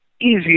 easier